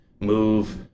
move